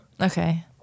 Okay